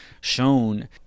shown